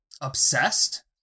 obsessed